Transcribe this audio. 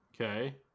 Okay